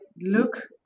look